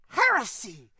heresy